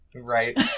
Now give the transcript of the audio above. Right